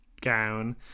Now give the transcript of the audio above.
gown